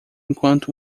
enquanto